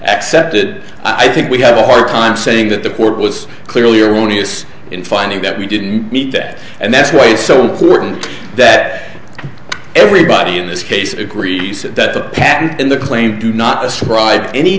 accepted i think we have a hard time saying that the court was clearly erroneous in finding that we didn't meet that and that's why it's so important that everybody in this case agrees that the patent and the claim do not ascribe any